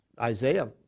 Isaiah